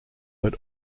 but